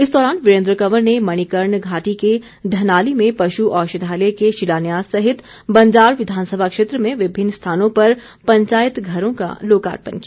इस दौरान वीरेन्द्र कंवर ने मणिकर्ण घाटी के ढनाली में पशु औषधालय के शिलान्यास सहित बंजार विधानसभा क्षेत्र में विभिन्न स्थानों पर पंचायत घरों का लोकार्पण किया